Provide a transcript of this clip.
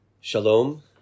Shalom